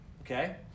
okay